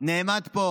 נעמד פה